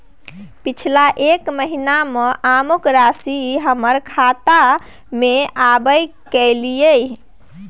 पिछला एक महीना म अमुक राशि हमर खाता में आबय कैलियै इ?